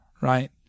right